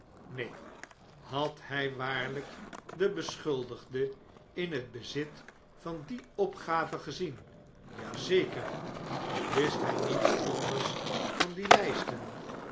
neen had hy waariyk den beschuldigde in het bezit van die opgave gezien ja zeker wist hy niets anders van die lijsten